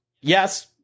Yes